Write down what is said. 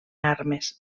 armes